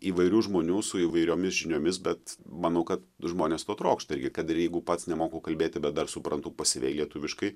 įvairių žmonių su įvairiomis žiniomis bet manau kad žmonės to trokšta irgi kad ir jeigu pats nemoku kalbėti bet dar suprantu pasyviai lietuviškai